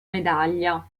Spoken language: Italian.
medaglia